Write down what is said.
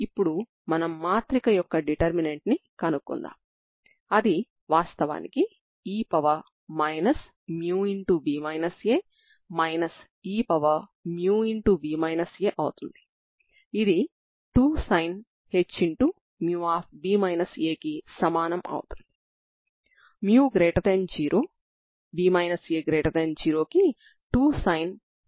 కాబట్టి ఇవి మీ వద్ద వున్న రెండు సాధారణ అవకలన సమీకరణాలు మరియు ఇది స్వీయ అనుబంధ రూపంలో ఉందని మీరు స్పష్టంగా చూస్తారు